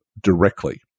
directly